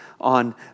on